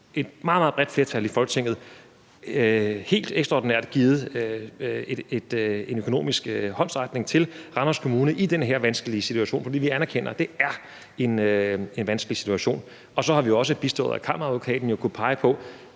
meget bredt flertal i Folketinget, helt ekstraordinært givet en økonomisk håndsrækning til Randers Kommune i den her vanskelige situation, fordi vi anerkender, at det er en vanskelig situation. Så har vi også bistået, i forbindelse med at Kammeradvokaten jo kunne pege på